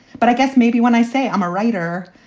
but i guess maybe when i say i'm a writer,